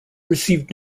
received